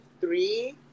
three